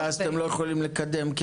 ואתם לא יכולים לקדם.